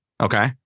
Okay